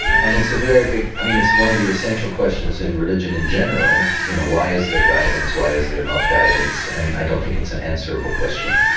and it's a very big. i mean it's one of the essential questions in religion in general, you know why is there guidance? why is there not guidance? and i don't think it's an answerable question.